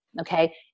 Okay